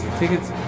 tickets